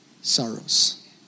sorrows